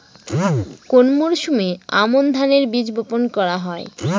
কোন মরশুমে আমন ধানের বীজ বপন করা হয়?